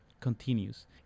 continues